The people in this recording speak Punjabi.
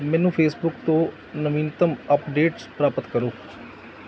ਮੈਨੂੰ ਫੇਸਬੁੱਕ ਤੋਂ ਨਵੀਨਤਮ ਅਪਡੇਟਸ ਪ੍ਰਾਪਤ ਕਰੋ